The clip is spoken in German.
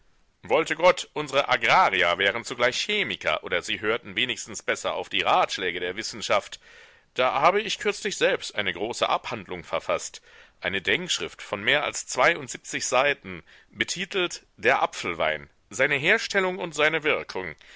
wollte gott unsre agrarier wären zugleich chemiker oder sie hörten wenigstens besser auf die ratschläge der wissenschaft da habe ich kürzlich selbst eine große abhandlung verfaßt eine denkschrift von mehr als seiten betitelt der apfelwein seine herstellung und seine wirkung